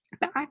back